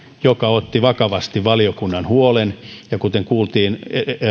joka otti vakavasti valiokunnan huolen ja kuten kuultiin